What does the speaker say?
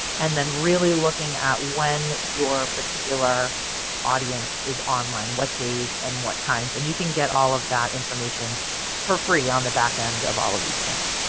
and then really looking at when your particular audience is online. what days and what times? and you can get all of that information for free on the back end of all of these channels.